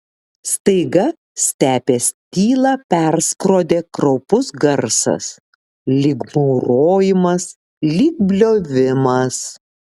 staiga stepės tylą perskrodė kraupus garsas lyg maurojimas lyg bliovimas